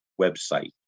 website